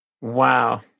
Wow